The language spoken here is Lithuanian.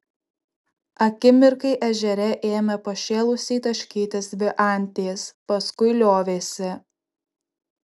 akimirkai ežere ėmė pašėlusiai taškytis dvi antys paskui liovėsi